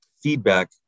feedback